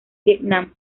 vietnam